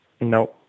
No